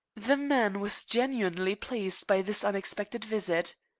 the man was genuinely pleased by this unexpected visit.